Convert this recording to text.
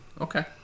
Okay